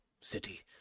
city